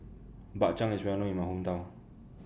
Bak Chang IS Well known in My Hometown